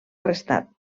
arrestat